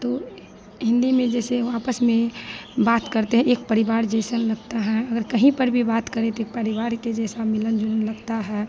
तो हिन्दी में जैसे वो आपस में बात करते हैं एक परिवार जैसा लगता है अगर कहीं पर भी बात करें तो इक परिवार के जैसा मिलन जुलन लगता है